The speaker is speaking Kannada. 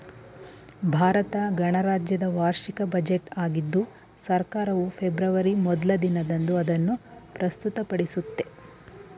ಭಾರತ ಗಣರಾಜ್ಯದ ವಾರ್ಷಿಕ ಬಜೆಟ್ ಆಗಿದ್ದು ಸರ್ಕಾರವು ಫೆಬ್ರವರಿ ಮೊದ್ಲ ದಿನದಂದು ಅದನ್ನು ಪ್ರಸ್ತುತಪಡಿಸುತ್ತೆ